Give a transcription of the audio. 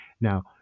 Now